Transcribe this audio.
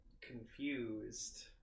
confused